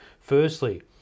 Firstly